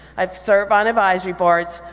i've served on advisory boards,